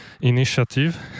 initiative